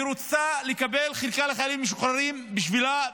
והיא רוצה לקבל חלקה לחיילים משוחררים בשבילה,